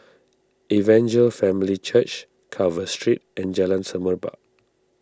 Evangel Family Church Carver Street and Jalan Semerbak